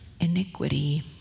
iniquity